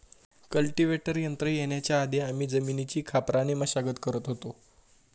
cultivator यंत्र येण्याच्या आधी आम्ही जमिनीची खापराने मशागत करत होतो